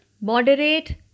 moderate